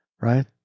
right